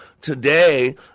Today